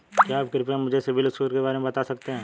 क्या आप कृपया मुझे सिबिल स्कोर के बारे में बता सकते हैं?